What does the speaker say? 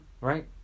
Right